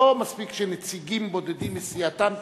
לא מספיק שנציגים בודדים מסיעתם יהיו,